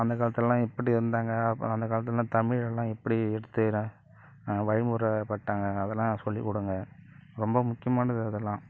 அந்த காலத்துலலாம் எப்படி இருந்தாங்க அப்புறம் அந்த காலத்துலலாம் தமிழைலாம் எப்படி எடுத்து இது வழிமுறைப்பட்டாங்க அதெல்லாம் சொல்லிக் கொடுங்க ரொம்ப முக்கியமானது அதெல்லாம்